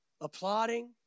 applauding